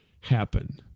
happen